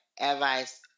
advice